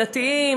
דתיים,